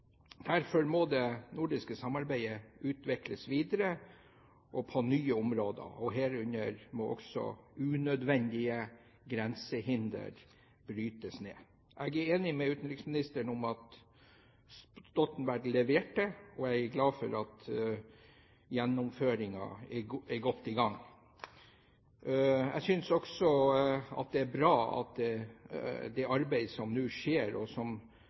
Derfor må det nordiske samarbeidet utvikles videre også på nye områder – herunder må også unødvendige grensehinder brytes ned. Jeg er enig med utenriksministeren i at Stoltenberg leverte, og jeg er glad for at gjennomføringen er godt i gang. Jeg synes også at det arbeidet som nå skjer, og som